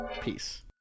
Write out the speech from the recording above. Peace